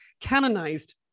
canonized